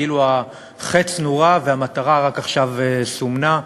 כאילו החץ נורה והמטרה רק עכשיו סומנה.